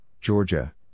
Georgia